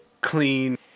clean